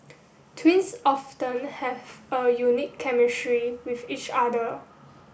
twins often have a unique chemistry with each other